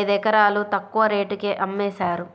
ఐదెకరాలు తక్కువ రేటుకే అమ్మేశారు